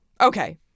okay